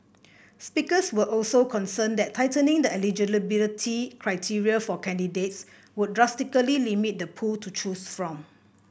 speakers were also concerned that tightening the eligibility criteria for candidates would drastically limit the pool to choose from